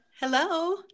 Hello